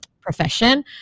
profession